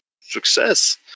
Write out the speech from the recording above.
success